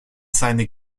seine